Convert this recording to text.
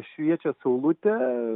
šviečia saulutė